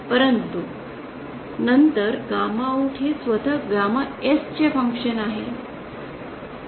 परंतु नंतरगॅमा आउट हे स्वतः गॅमा S चे फंक्शन आहे आहे न